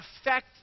affect